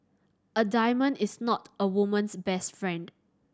a diamond is not a woman's best friend